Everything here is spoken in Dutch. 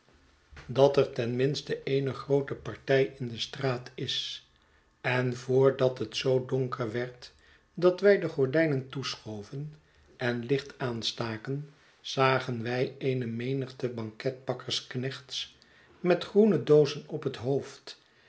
dat er ten minste ene groote partij in de straat is en voordat het zoo donker werd dat wij de gordijnen toeschoven en iicht aanstaken zagen wij eene menigte banketbakkersknechts met groene doozen op het hoofd